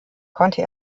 konnte